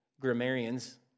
grammarians